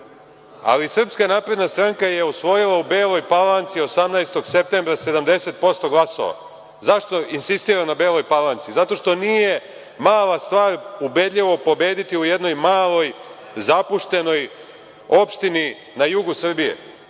bitno. Srpska napredna stranka je osvojila u Beloj Palanci 18. septembra 70% glasova. Zašto insistiram na Beloj Palanci? Zato što nije mala stvar ubedljivo pobediti u jednoj maloj, zapuštenoj opštini na jugu Srbije.